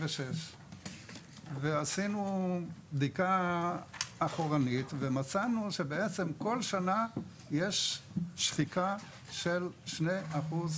ואנחנו עשינו בדיקה אחורנית ומצאנו שבעצם כל שנה ישנה שחיקה של כ-2%